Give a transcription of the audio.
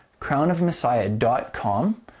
crownofmessiah.com